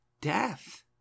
death